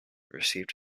received